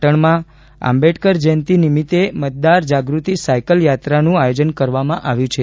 પાટણમાં આંબેડકર જન્મજયંતિ નિમિત્તે મતદાર જાગ્રતિ સાયકલયાત્રાનું આયોજન કરવામાં આવ્યું છે